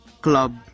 club